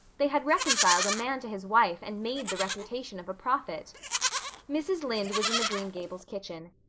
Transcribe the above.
they had reconciled a man to his wife and made the reputation of a prophet mrs. lynde was in the green gables kitchen.